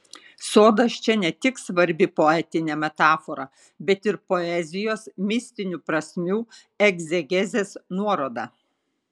sodas čia ne tik svarbi poetinė metafora bet ir poezijos mistinių prasmių egzegezės nuoroda